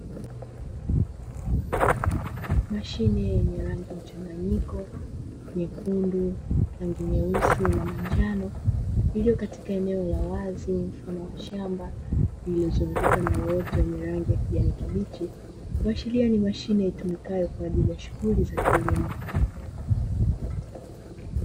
Mashine yenye rangi mchanganyiko nyekundu, rangi nyeusi na manjano iliyokatika eneo la wazi mfano wa shamba lililozungukwa na uoto wenye rangi ya kijani kibichi kuiashiria ni mashine itumikayo kwaajili ya shuguli za kilimo.